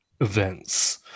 Events